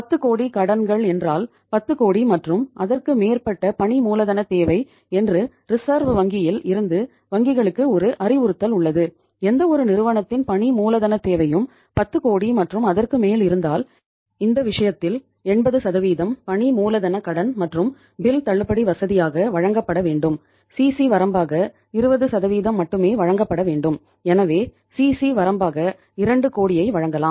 10 கோடி கடன்கள் என்றால் 10 கோடி மற்றும் அதற்கு மேற்பட்ட பணி மூலதன தேவை என்று ரிசர்வ் வரம்பாக 2 கோடியை வழங்கலாம்